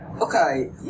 Okay